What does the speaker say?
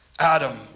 Adam